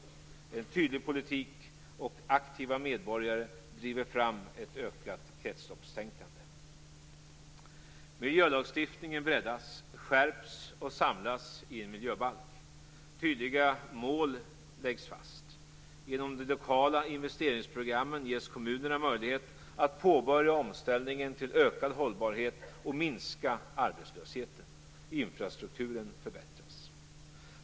En tydlig politik och aktiva medborgare driver fram ett ökat kretsloppstänkande. Miljölagstiftningen breddas, skärps och samlas i en miljöbalk. Tydliga mål läggs fast. Genom de lokala investeringsprogrammen ges kommunerna möjlighet att påbörja omställningen till ökad hållbarhet och minska arbetslösheten. Infrastrukturen förbättras.